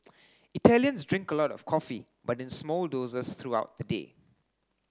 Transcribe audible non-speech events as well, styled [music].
[noise] Italians drink a lot of coffee but in small doses throughout the day